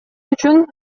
үчүн